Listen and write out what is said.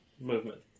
movement